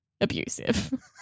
abusive